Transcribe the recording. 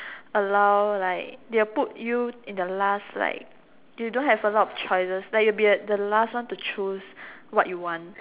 allow like they will put you in the last like you don't have a lot of choices like you will be at the last one to choose what you want